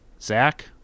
Zach